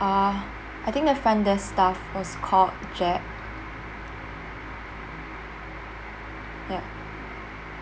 uh I think the front desk staff was called jack ya